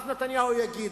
אז נתניהו יגיד: